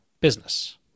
business